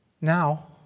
Now